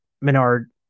Menard